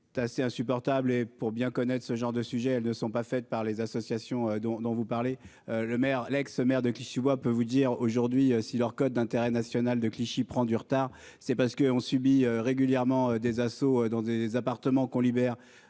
c'est assez insupportable. Et pour bien connaître ce genre de sujet. Elles ne sont pas faites par les associations dont dont vous parlez. Le maire, l'ex-maire de Clichy-sous-Bois peut vous dire aujourd'hui si leur cote d'intérêt national de Clichy prend du retard. C'est parce qu'on subit régulièrement des assauts dans des appartements qu'on libère.